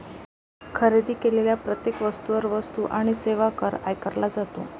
खरेदी केलेल्या प्रत्येक वस्तूवर वस्तू आणि सेवा कर आकारला जातो